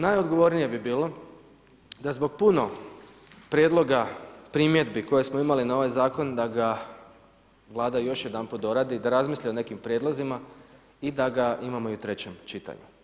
Najodgovornije bi bilo da zbog puno prijedloga primjedbi koje smo imali na ovaj zakon da ga Vlada još jedanput doradi, da razmisli o nekim prijedlozima i da ga imamo i u trećem čitanju.